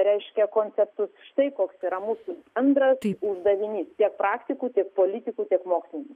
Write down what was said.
reiškia konceptus štai koks yra mūsų bendras uždavinys tiek praktikų tiek politikų tiek mokslininkų